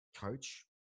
coach